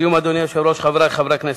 אדוני היושב-ראש, חברי חברי הכנסת,